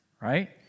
right